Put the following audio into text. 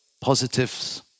positives